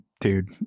dude